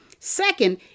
Second